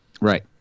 Right